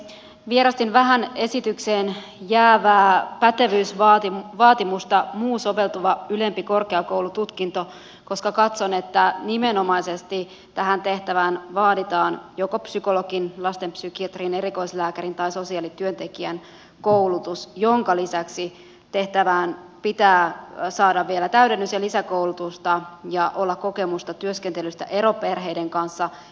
vierastin vähän esitykseen jäävää pätevyysvaatimusta muu soveltuva ylempi korkeakoulututkinto koska katson että nimenomaisesti tähän tehtävään vaaditaan joko psykologin lastenpsykiatrian erikoislääkärin tai sosiaalityöntekijän koulutus jonka lisäksi tehtävään pitää saada vielä täydennys ja lisäkoulutusta ja pitää olla kokemusta työskentelystä eroperheiden kanssa